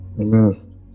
Amen